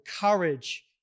courage